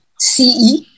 CE